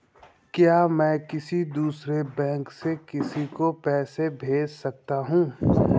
क्या मैं किसी दूसरे बैंक से किसी को पैसे भेज सकता हूँ?